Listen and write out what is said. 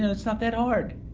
and it's not that hard.